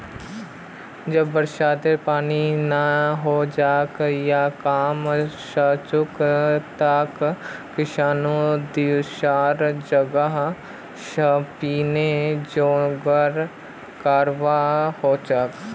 जब बारिश नी हछेक या कम हछेक तंए किसानक दुसरा जगह स पानीर जुगाड़ करवा हछेक